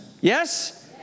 Yes